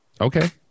Okay